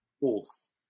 force